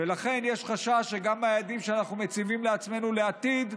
ולכן יש חשש שגם היעדים שאנחנו מציבים לעצמנו לעתיד,